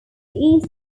east